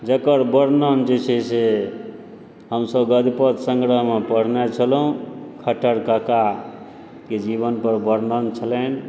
जकर वर्णन जे छै से हमसभ गद्य पद्य सङ्ग्रहमे पढ़ने छलहुँ खट्टर काकाकेँ जीवन पर वर्णन छलनि